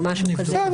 או משהו כזה.